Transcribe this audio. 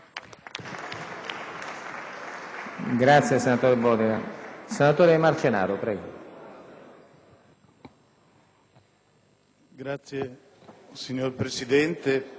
Grazie, signor Presidente.